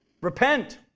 Repent